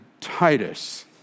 Titus